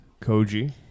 Koji